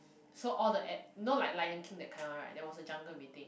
so all the a~ you know like Lion King that kind one right there was a jungle meeting